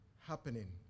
happening